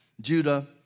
judah